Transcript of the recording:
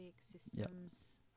systems